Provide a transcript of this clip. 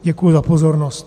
Děkuji za pozornost.